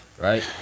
Right